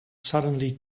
suddenly